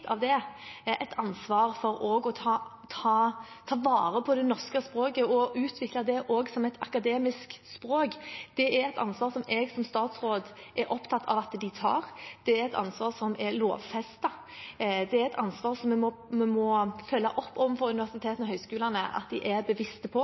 av det et ansvar for å ta vare på det norske språket og utvikle det som akademisk språk. Det er et ansvar jeg som statsråd er opptatt av at de tar. Det er et ansvar som er lovfestet. Det er et ansvar som vi må følge opp at de er bevisste på